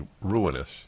ruinous